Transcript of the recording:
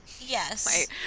yes